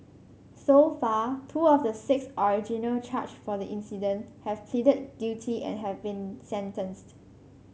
so far two of the six originally charged for the incident have pleaded guilty and have been sentenced